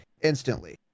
instantly